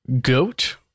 goat